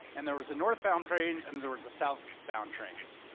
and there was a northbound trains and there was a southbound trains,